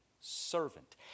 servant